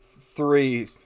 three